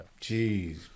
Jeez